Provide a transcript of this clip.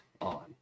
on